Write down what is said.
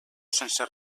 sense